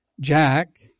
Jack